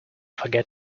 forget